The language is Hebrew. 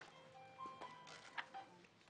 ואני רוצה לפנות ליועץ המשפטי.